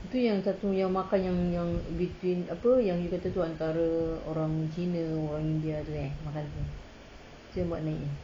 tu yang satu yang makan yang between apa yang you kata tu antara orang cina orang india tu eh dia buat naik eh